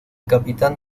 capitán